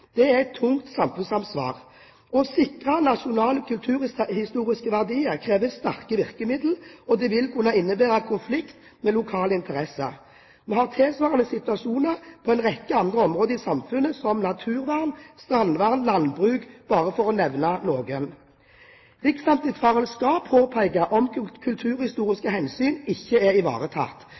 er et tungt samfunnsansvar. Å sikre nasjonale kulturhistoriske verdier krever sterke virkemidler, og det vil kunne innebære konflikt med lokale interesser. Vi har tilsvarende situasjoner på en rekke andre områder i samfunnet, som naturvern, strandvern, landbruk – bare for å nevne noen. Riksantikvaren skal påpeke om kulturhistoriske hensyn ikke er ivaretatt.